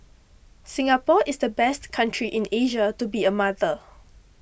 Singapore is the best country in Asia to be a mother